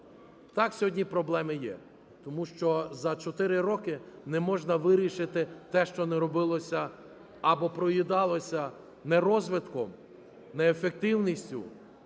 Так, сьогодні проблеми є тому, що за 4 роки не можна вирішити те, що не робилося або проїдалося не розвитком, не ефективністю